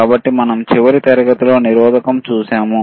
కాబట్టి మనం చివరి తరగతిలో నిరోధకం చూసాము